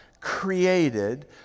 created